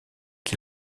qui